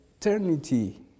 eternity